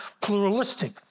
pluralistic